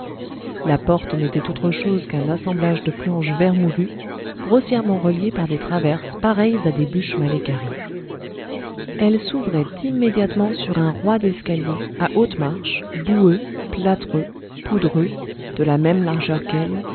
la porte n'était autre chose qu'un assemblage de planches vermoulues grossièrement reliées par des traverses pareilles à des bûches mal équarries elle s'ouvrait immédiatement sur un roide escalier à hautes marches boueux plâtreux poudreux de la même largeur qu'elle